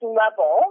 level